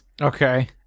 Okay